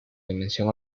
dimensión